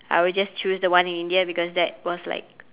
I will just choose that one in india because that was like